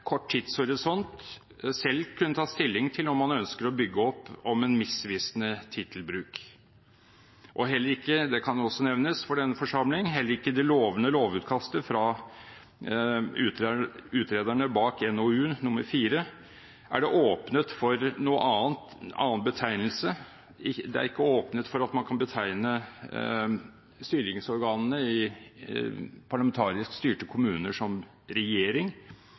kort tidshorisont selv vil kunne ta stilling til om man ønsker å bygge opp om en misvisende tittelbruk. Det kan også nevnes for denne forsamlingen at heller ikke i det lovende lovutkastet fra utrederne bak NOU 2016:4 er det åpnet for at man kan betegne styringsorganene i parlamentarisk styrte kommuner som «regjering», og at man må holde seg til den ordbruken som